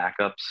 backups